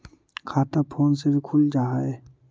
खाता फोन से भी खुल जाहै?